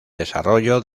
desarrollo